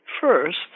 first